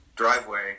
Driveway